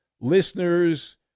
listeners